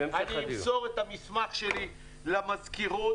אני אמסור את המסמך שלי למזכירות.